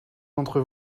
d’entre